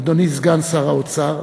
אדוני סגן שר האוצר,